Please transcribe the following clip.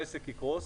העסק יקרוס.